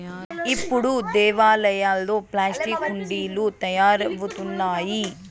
ఇప్పుడు దేవాలయాల్లో ప్లాస్టిక్ హుండీలు తయారవుతున్నాయి